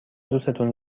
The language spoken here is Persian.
دوستون